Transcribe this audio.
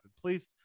please